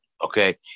okay